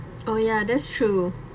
oh ya that's true